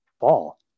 fall